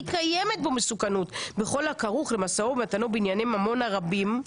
קיימת בו מסוכנות בכל הכרוך במשא ומתנו בענייני ממון הרבים,